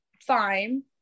fine